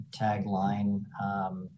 tagline